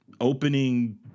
opening –